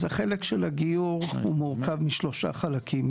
אז החלק של הגיור הוא מורכב משלושה חלקים.